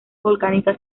volcánicas